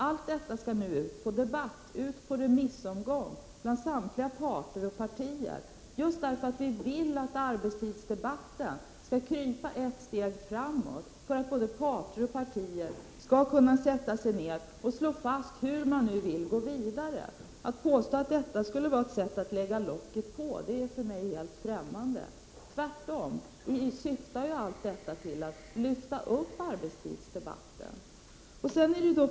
Allt detta skall nu ut på debatt och remissomgång bland samtliga parter och partier. Vi vill att arbetstidsdebatten skall krypa ett steg framåt, så att parter och partier skall kunna sätta sig ned och slå fast hur de vill gå vidare. Att påstå att detta skulle vara ett sätt att lägga locket på är för mig helt främmande. Det syftar tvärtom till att lyfta fram arbetstidsdebatten.